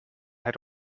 had